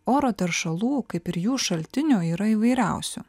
oro teršalų kaip ir jų šaltinių yra įvairiausių